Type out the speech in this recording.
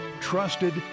Trusted